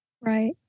Right